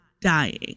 dying